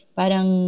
parang